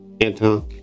Anton